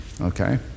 okay